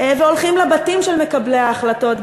והולכים לבתים של מקבלי ההחלטות,